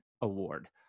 award